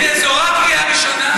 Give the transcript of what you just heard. זו רק קריאה ראשונה.